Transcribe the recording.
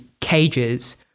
cages